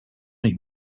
niet